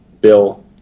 Bill